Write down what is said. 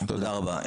תודה רבה.